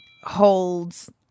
holds